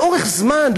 לאורך זמן,